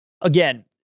Again